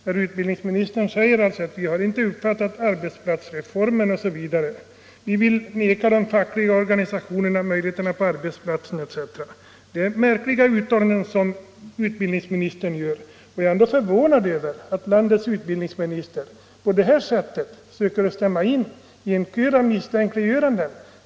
Herr utbildningsministern sade att vi inte har uppfattat arbetsplatsreformerna, att vi vill vägra de fackliga organisationerna att verka på arbetsplatserna osv. Det är märkliga uttalanden. Jag är förvånad över att landets utbildningsminister på det sättet söker stämma in i en kör av misstänkliggöranden.